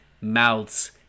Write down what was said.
mouths